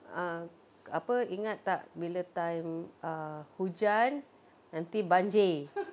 ah apa ingat tak bila time err hujan nanti banjir